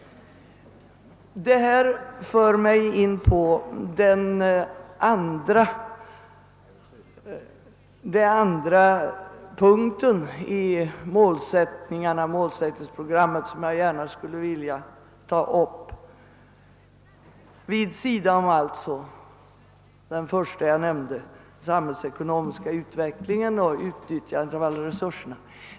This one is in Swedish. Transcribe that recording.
Detta för mig in på den andra punkten i målsättningsprogrammet, som jag gärna skulle vilja ta upp, alltså vid sidan om den första jag nämnde, den samhällsekonomiska utvecklingen och utvecklingen av de materiella resurserna.